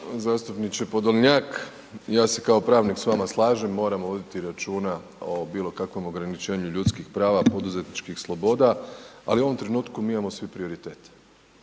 zastupniče Podolnjak. Ja se kao pravnik s vama slažem, moramo voditi računa o bilokakvom ograničenju ljudskih prava, poduzetničkih sloboda, ali u ovom trenutku mi imamo svi prioritet.